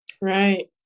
Right